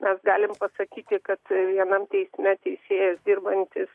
mes galime pasakyti kad vienam teisme teisėjas dirbantis